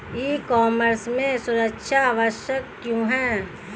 ई commerce में सुरक्षा आवश्यक क्यों है?